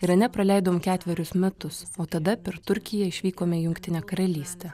irane praleidom ketverius metus o tada per turkiją išvykome į jungtinę karalystę